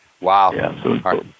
Wow